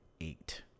Eight